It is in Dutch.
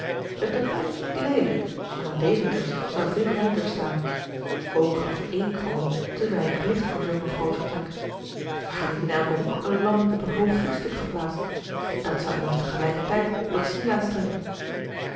het tapijt was niet leelijk maar een deventersch zou veel rijker staan ook gaf één kroon te weinig licht voor zulk een groot vertrek waarom niet in elken hoek een lamp op een hoog voetstuk geplaatst dat zou immers tegelijkertijd tot sieraad strekken